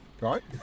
right